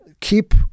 keep